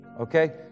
Okay